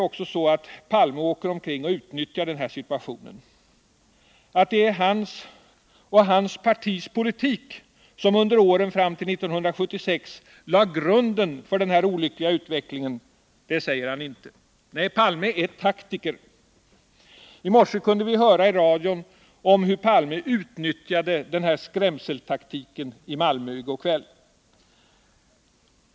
Olof Palme åker omkring och utnyttjar den här situationen. Att det är hans och hans partis politik som under åren fram till 1976 lade grunden för denna olyckliga utveckling, det säger han inte. Nej, Palme är taktiker. I morse kunde vi höra i radion hur Palme i går kväll i Malmö utnyttjade den här skrämseltaktiken.